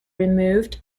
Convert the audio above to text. removed